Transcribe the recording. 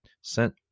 sent